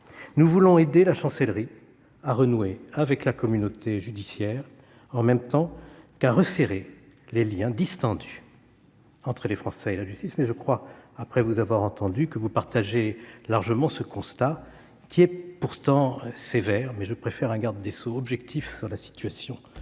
Nous voulons aider la Chancellerie à renouer avec la communauté judiciaire en même temps qu'à resserrer les liens distendus entre les Français et la justice. Je crois, après vous avoir entendu, monsieur le garde des sceaux, que vous partagez largement ce constat pourtant sévère. Reste que je préfère un garde des sceaux objectif sur la situation